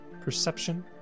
perception